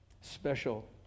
Special